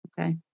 Okay